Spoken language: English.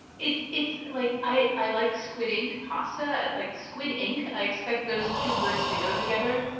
it's it's like i like squid ink pasta. like, squid ink, i expect those two words to go together.